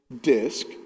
disc